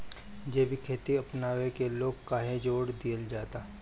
जैविक खेती अपनावे के लोग काहे जोड़ दिहल जाता?